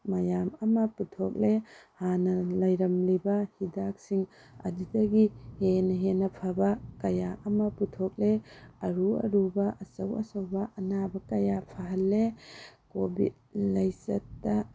ꯃꯌꯥꯝ ꯑꯃ ꯄꯨꯊꯣꯛꯂꯦ ꯍꯥꯟꯅ ꯂꯩꯔꯝꯂꯤꯕ ꯍꯤꯗꯥꯛꯁꯤꯡ ꯑꯗꯨꯗꯒꯤ ꯍꯦꯟꯅ ꯍꯦꯟꯅ ꯐꯕ ꯀꯌꯥ ꯑꯃ ꯄꯨꯊꯣꯛꯂꯦ ꯑꯔꯨ ꯑꯔꯨꯕ ꯑꯆꯧ ꯑꯆꯧꯕ ꯑꯅꯥꯕ ꯀꯌꯥ ꯐꯍꯜꯂꯦ ꯀꯣꯚꯤꯠ ꯂꯥꯏꯆꯠꯇ